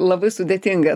labai sudėtinga